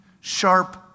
sharp